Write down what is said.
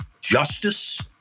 justice